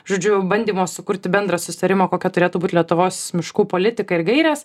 žodžiu bandymo sukurti bendrą susitarimą kokia turėtų būt lietuvos miškų politika ir gairės